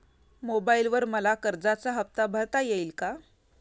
मोबाइलवर मला कर्जाचा हफ्ता भरता येईल का?